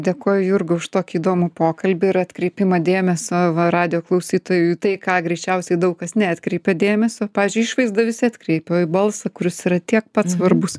dėkoju jurga už tokį įdomų pokalbį ir atkreipimą dėmesio va radijo klausytojui į tai ką greičiausiai daug kas neatkreipia dėmesio pavyzdžiui į išvaizdą visi atkreipia o į balsą kuris yra tiek pat svarbus